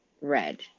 Red